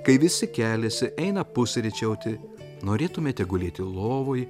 kai visi keliasi eina pusryčiauti norėtumėte gulėti lovoj